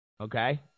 okay